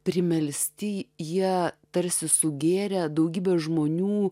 primelsti jie tarsi sugėrė daugybės žmonių